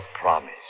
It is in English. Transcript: promise